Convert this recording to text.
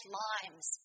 limes